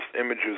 images